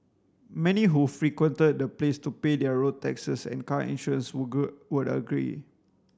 many who frequented the place to pay their road taxes and car insurance would go would agree